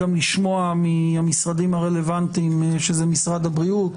גם לשמוע מהמשרדים הרלוונטיים שהם משרד הבריאות,